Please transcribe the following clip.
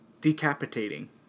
decapitating